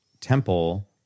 temple